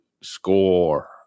score